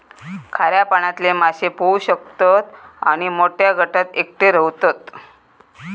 खाऱ्या पाण्यातले मासे पोहू शकतत आणि मोठ्या गटात एकटे रव्हतत